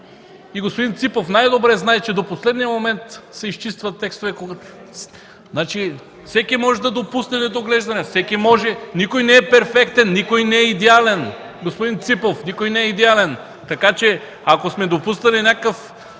И господин Ципов най-добре знае, че до последния момент се изчистват текстове. Всеки може да допусне недоглеждане. Никой не е перфектен, никой не е идеален. Господин Ципов, никой не е идеален. Така че, ако сме допуснали някакъв